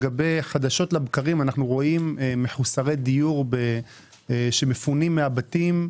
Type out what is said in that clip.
חדשות לבקרים אנחנו רואים מחוסרי דיור שמפונים מן הבתים,